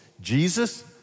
Jesus